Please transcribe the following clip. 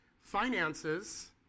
Finances